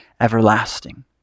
everlasting